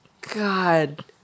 God